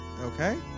Okay